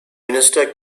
minister